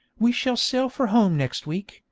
we shall sail for home next week,